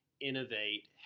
innovate